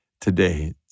today